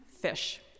Fish